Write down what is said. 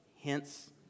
hence